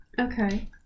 Okay